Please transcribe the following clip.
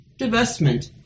Divestment